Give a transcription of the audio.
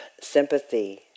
sympathy